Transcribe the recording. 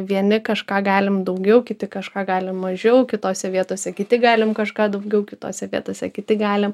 vieni kažką galim daugiau kiti kažką galim mažiau kitose vietose kiti galim kažką daugiau kitose vietose kiti galim